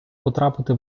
потрапити